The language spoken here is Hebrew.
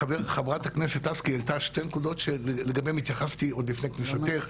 חברת הכנסת לסקי העלתה שתי נקודות שלגביהן התייחסתי עוד לפני כניסתך,